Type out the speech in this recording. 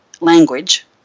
language